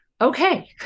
okay